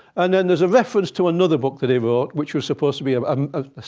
and then there's a reference to another book that he wrote, which was supposed to be um um